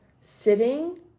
sitting